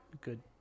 good